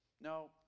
no